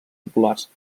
populars